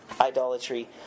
idolatry